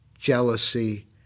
jealousy